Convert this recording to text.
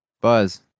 Buzz